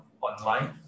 online